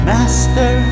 Master